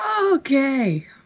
okay